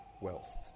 wealth